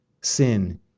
sin